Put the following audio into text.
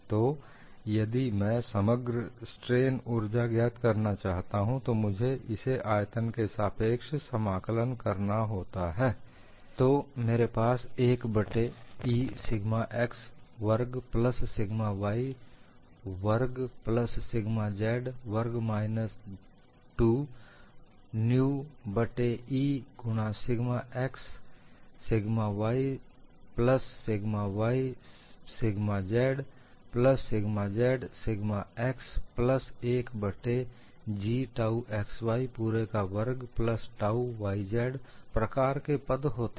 तो यदि मैं समग्र स्ट्रेन ऊर्जा ज्ञात करना चाहता हूं तो मुझे इसे आयतन के सापेक्ष समाकलन करना होता है तो मेरे पास एक बट्टे E सिग्मा एक्स वर्ग प्लस सिग्मा y वर्ग प्लस सिग्मा z वर्ग माइनस 2 न्यू बट्टे E गुणा sigma x sigma y plus sigma y sigma z plus sigma z sigma x plus एक 1बट्टे G टाउ xy पूरे का वर्ग प्लस टाउ yz प्रकार के पद होते हैं